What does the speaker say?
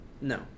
No